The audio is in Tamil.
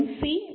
C D